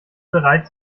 bereit